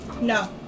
No